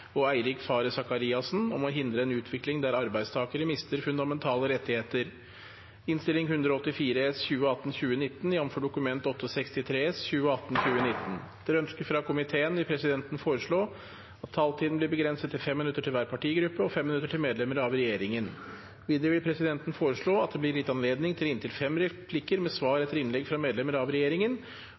vil presidenten foreslå at taletiden blir begrenset til 5 minutter til hver partigruppe og 5 minutter til medlemmer av regjeringen. Videre vil presidenten foreslå at det – innenfor den fordelte taletid – blir gitt anledning til inntil fem replikker med svar etter innlegg fra medlemmer av regjeringen,